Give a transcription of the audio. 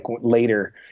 later